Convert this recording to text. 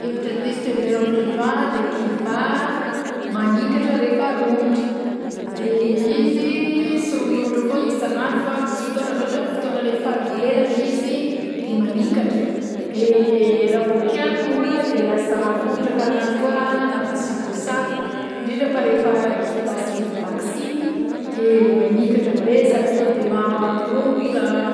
Hevitra diso fiheverako kivà de kivà de manikatra rehefa romotra de izy sy romotromotro foagna isanandro fa misy fotoagna raha ôhatra fotoana le fary mamelana izy de manikatra de raha vao kiariny ny olona de lasa romotra karaha an'azy koa na vao tsy voatsabo ndrindra fa rehefa kivà tsy vita vakisiny de manikatra be sady to de maharomotra.